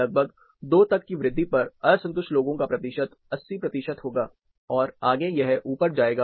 लगभग 2 तक की वृद्धि पर असंतुष्ट लोगों का प्रतिशत 80 प्रतिशत होगा और आगे यह ऊपर जाएगा